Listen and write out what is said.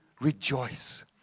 rejoice